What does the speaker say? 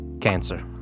cancer